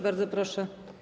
Bardzo proszę.